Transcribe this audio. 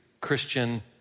Christian